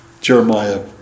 Jeremiah